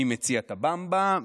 מי מציע את הבמבה.